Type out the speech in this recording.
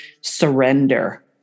surrender